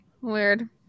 weird